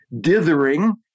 dithering